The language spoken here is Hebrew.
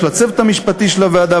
של הצוות המשפטי של הוועדה,